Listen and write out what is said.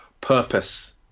purpose